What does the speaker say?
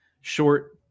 short